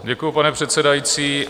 Děkuju, pane předsedající.